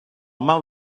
mal